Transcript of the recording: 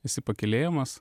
esi pakylėjamas